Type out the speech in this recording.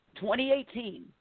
2018